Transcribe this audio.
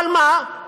אבל מה?